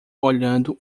olhando